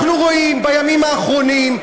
אנחנו רואים בימים האחרונים,